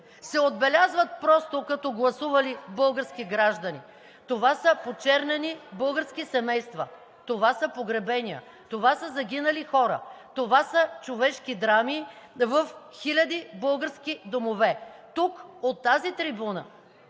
се отбелязват просто като гласували български граждани. Това са почернени български семейства, това са погребения. (Реплики от ГЕРБ-СДС.) Това са загинали хора. Това са човешки драми в хиляди български домове. Тук, от тази трибуна,